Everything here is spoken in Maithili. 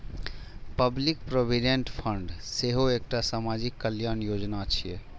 पब्लिक प्रोविडेंट फंड सेहो एकटा सामाजिक कल्याण योजना छियै